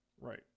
Right